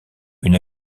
une